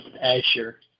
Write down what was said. Asher